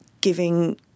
giving